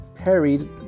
Parried